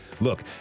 Look